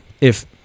If-